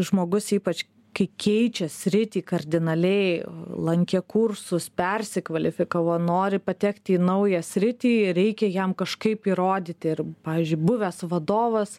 žmogus ypač kai keičia sritį kardinaliai lankė kursus persikvalifikavo nori patekti į naują sritį ir reikia jam kažkaip įrodyti ir pavyzdžiui buvęs vadovas